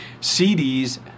CDs